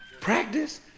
Practice